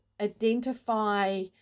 identify